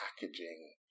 packaging